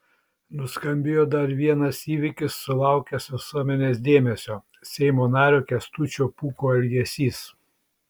nuskambėjo dar vienas įvykis sulaukęs visuomenės dėmesio seimo nario kęstučio pūko elgesys